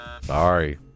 Sorry